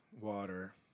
water